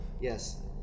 Yes